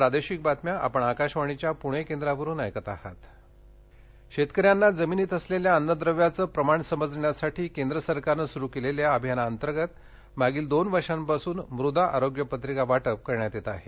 मदा आरोग्य पत्रिका शेतकऱ्यांना जमिनीत असलेल्या अन्नद्रव्याचं प्रमाण समजण्यासाठी केंद्र सरकारनं सुरू केलेल्या अभियानांतर्गत मागील दोन वर्षांपासून मृदा आरोग्य पत्रिका वाटप करण्यात येत आहे